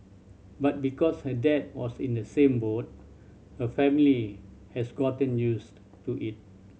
but because her dad was in the same boat her family has gotten used to it